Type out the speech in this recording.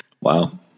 Wow